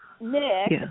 Nick